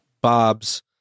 Bob's